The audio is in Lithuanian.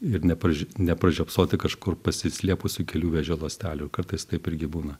ir nepaž nepažiopsoti kažkur pasislėpusių kelių vėžio ląstelių kartais taip irgi būna